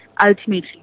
ultimately